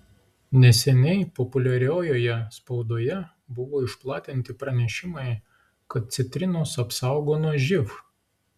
neseniai populiariojoje spaudoje buvo išplatinti pranešimai kad citrinos apsaugo nuo živ